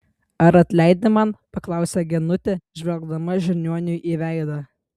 ar atleidi man paklausė genutė žvelgdama žiniuoniui į veidą